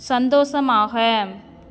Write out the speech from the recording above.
சந்தோஷமாக